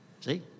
See